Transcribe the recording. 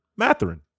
Matherin